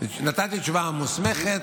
נתתי תשובה מוסמכת,